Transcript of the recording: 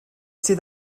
sydd